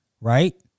Right